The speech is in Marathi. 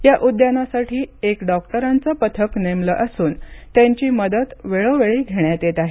या उद्यानासाठी एक डॉक्टरांचं पथक नेमलं असून त्यांची मदत वेळोवेळी घेण्यात येत आहे